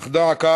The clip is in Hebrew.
אך דא עקא,